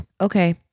Okay